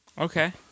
Okay